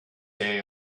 day